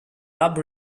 lab